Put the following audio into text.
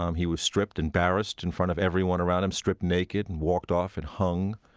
um he was stripped, embarrassed in front of everyone around him, stripped naked, and walked off and hung.